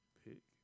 pick